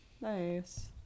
nice